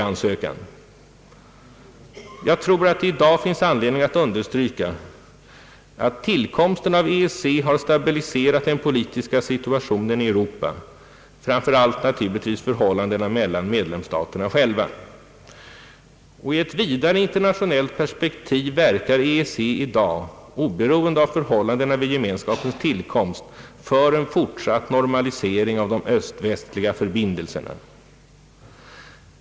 Det finns i dag anledning att understryka, att tillkomsten av EEC har stabiliserat den politiska situationen i Europa, framför allt naturligtvis förhållandena mellan medlemsstaterna själva. I ett vidare internationellt perspektiv verkar EEC i dag — oberoende av förhållandena vid gemenskapens tillkomst — för en fortsatt normalisering av de Öst-västliga förbindelserna.